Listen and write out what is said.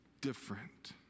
different